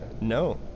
No